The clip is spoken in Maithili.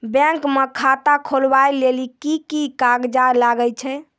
बैंक म खाता खोलवाय लेली की की कागज लागै छै?